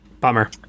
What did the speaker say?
bummer